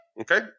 Okay